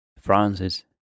Francis